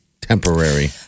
Temporary